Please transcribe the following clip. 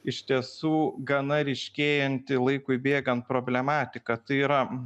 iš tiesų gana ryškėjanti laikui bėgant problematika tai yra